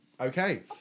okay